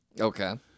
Okay